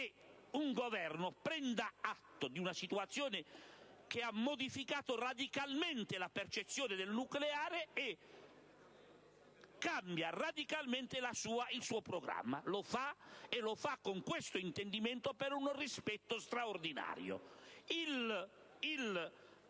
un Governo prenda atto di una situazione che ha modificato radicalmente la percezione del nucleare e cambi radicalmente il suo programma. Lo fa con questo intendimento, per un rispetto straordinario. Il